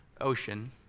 ocean